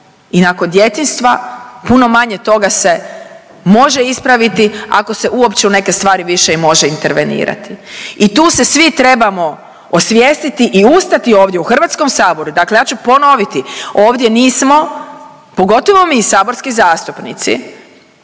i nakon djetinjstva puno manje toga se može ispraviti ako se uopće u neke stvari više i može intervenirati. I tu se svi trebamo osvijestiti i ustati ovdje u HS-u, dakle ja ću ponoviti, ovdje nismo pogotovo mi saborski zastupnici